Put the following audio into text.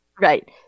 Right